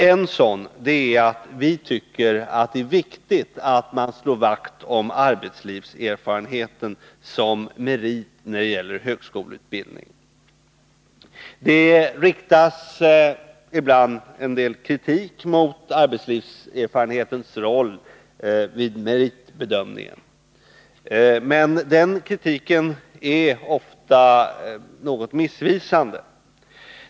En sådan är att vi tycker att det är viktigt att slå vakt om arbetslivserfarenheten som merit när det gäller högskoleutbildning. Det riktas ibland en del kritik mot arbetslivserfarenhetens roll vid meritbedömningen, men den kritiken är ofta något missvisande.